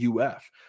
UF